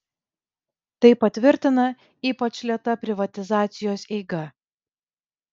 tai patvirtina ypač lėta privatizacijos eiga